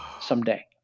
someday